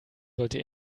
sollte